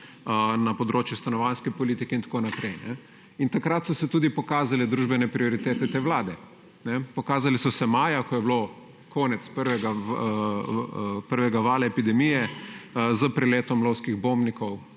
na področju stanovanjske politike in tako naprej. Takrat so se tudi pokazale družbene prioritete te vlade. Pokazale so se maja, ko je bilo konec prvega vala epidemije, s preletom lovskih bombnikov